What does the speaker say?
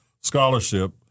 scholarship